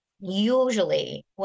Usually